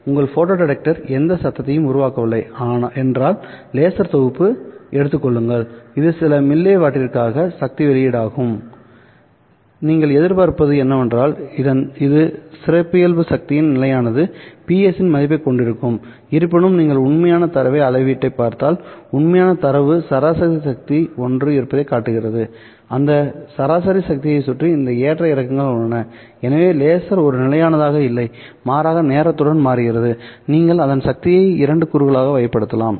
உங்கள் photo detector எந்த சத்தத்தையும் உருவாக்கவில்லை என்றால் லேசர் தொகுப்பு எடுத்துக் கொள்ளுங்கள்இது சில மில்லே வாட்டிற்கான சக்தி வெளியீடாகும்நீங்கள் எதிர்பார்ப்பது என்னவென்றால் இது சிறப்பியல்பு சக்தியின் நிலையானது Ps இன் மதிப்பைக் கொண்டிருக்கும்இருப்பினும் நீங்கள் உண்மையான தரவை அளவீட்டைப் பார்த்தால் உண்மையான தரவு சராசரி சக்தி ஒன்று இருப்பதைக் காட்டுகிறது அந்த சராசரி சக்தியைச் சுற்றி இந்த ஏற்ற இறக்கங்கள் உள்ளன எனவே லேசர் ஒரு நிலையானதாக இல்லை மாறாக நேரத்துடன் மாறுகிறது நீங்கள் அதன் சக்தியை இரண்டு கூறுகளாக வகைப்படுத்தலாம்